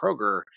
Kroger